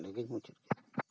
ᱚᱸᱰᱮ ᱜᱮ ᱢᱩᱪᱟᱹᱫ